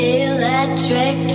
electric